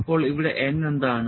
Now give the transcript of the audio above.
അപ്പോൾ ഇവിടെ n എന്താണ്